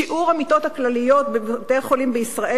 שיעור המיטות הכלליות בבתי-החולים בישראל